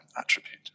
attribute